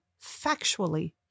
factually